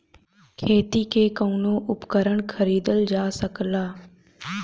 खेती के कउनो उपकरण खरीदल जा सकला